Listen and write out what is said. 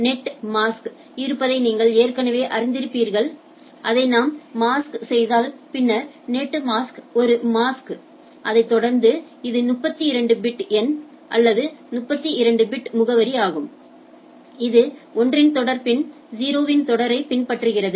net mask இருப்பதை நீங்கள் ஏற்கனவே அறிந்திருக்கிறீர்கள் அதை நான் மாஸ்க் செய்தால் பின்னர் நெட் மாஸ்க் ஒரு மாஸ்க் அதைத் தொடர்ந்து இது 32 பிட் எண் அல்லது 32 பிட் முகவரி ஆகும் இது 1இன் தொடர் பின்னர் 0 வின் தொடரைப் பின்பற்றுகிறது